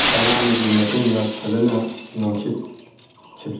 ꯇꯔꯥꯅꯤꯒꯤ ꯃꯇꯨꯡꯗ ꯐꯖꯅ ꯅꯨꯡꯁꯤꯠ